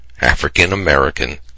African-American